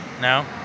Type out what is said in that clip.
No